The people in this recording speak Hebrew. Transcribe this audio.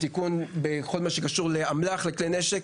לתיקון בכל מה שקשור לאמל״ח ולכלי נשק.